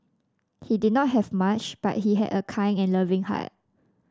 he did not have much but he had a kind and loving heart